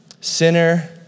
sinner